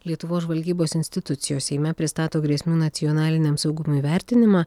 lietuvos žvalgybos institucijos seime pristato grėsmių nacionaliniam saugumui vertinimą